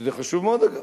שזה חשוב מאוד, אגב,